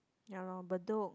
ya lor Bedok